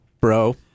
bro